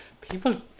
People